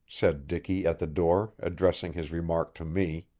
said dicky at the door, addressing his remark to me.